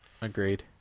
Agreed